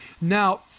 Now